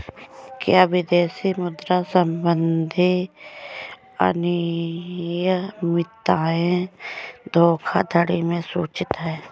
क्या विदेशी मुद्रा संबंधी अनियमितताएं धोखाधड़ी में सूचित हैं?